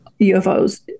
UFOs